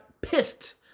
pissed